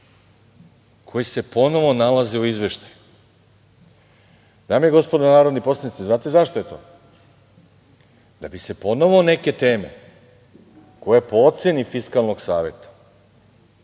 koji se ponovo nalaze u Izveštaju. Dame i gospodo narodni poslanici, znate li zašto je to? Da ponovo neke teme, koje po oceni Fiskalnog saveta